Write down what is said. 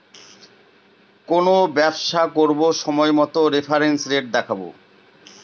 কোনো ব্যবসা করবো সময় মতো রেফারেন্স রেট দেখাবো